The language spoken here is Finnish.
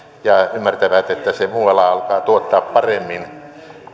ja he ymmärtävät että se muualla alkaa tuottaa paremmin